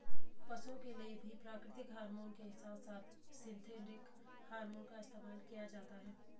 पशुओं के लिए भी प्राकृतिक हॉरमोन के साथ साथ सिंथेटिक हॉरमोन का इस्तेमाल किया जाता है